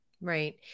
Right